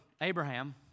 Abraham